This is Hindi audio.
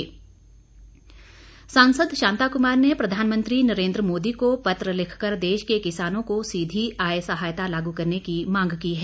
शांता कुमार सांसद शांता कुमार ने प्रधानमंत्री नरेन्द्र मोदी को पत्र लिखकर देश के किसानों को सीधी आय सहायता लागू करने की मांग की है